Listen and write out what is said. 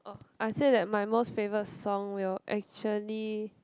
oh I'll say that my most favourite song will actually